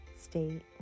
state